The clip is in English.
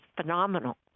phenomenal